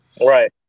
Right